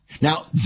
Now